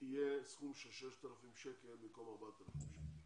יהיה סכום של 6,000 במקום 4,000 שקלים.